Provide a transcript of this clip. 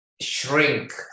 shrink